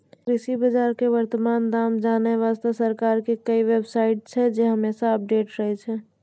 कृषि बाजार के वर्तमान दाम जानै वास्तॅ सरकार के कई बेव साइट छै जे हमेशा अपडेट रहै छै